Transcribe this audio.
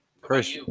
Chris